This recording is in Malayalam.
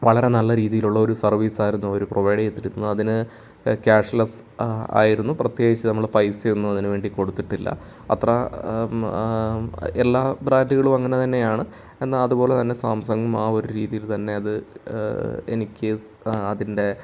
വളരെ നല്ല രീതിയിലുള്ള ഒരു സർവീസ് ആയിരുന്നു അവർ പ്രൊവൈഡ് ചെയ്തിരുന്നത് അതിന് ക്യാഷ്ലെസ്സ് ആയിരുന്നു പ്രത്യേകിച്ച് നമ്മൾ പൈസയൊന്നും അതിന് വേണ്ടി കൊടുത്തിട്ടില്ല അത്ര എല്ലാ ബ്രാൻഡുകളും അങ്ങനെ തന്നെയാണ് എന്നാൽ അതുപോലെ തന്നെ സാംസങും ആ ഒരു രീതിയിൽ തന്നെ എനിക്ക് അതിൻ്റെ